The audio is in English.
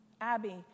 Abby